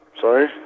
Sorry